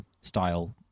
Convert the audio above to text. style